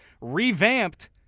revamped